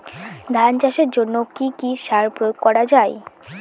ধান চাষের জন্য কি কি সার প্রয়োগ করা য়ায়?